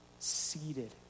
seated